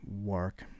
work